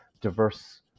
diverse